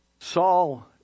Saul